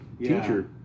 teacher